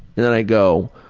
and then i go,